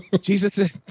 Jesus